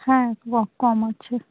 হ্যাঁ লোক কম আছে